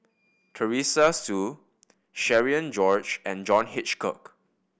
Teresa Hsu Cherian George and John Hitchcock